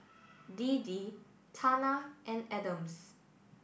Deedee Tana and Adams